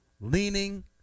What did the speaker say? leaning